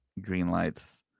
greenlights